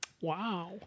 Wow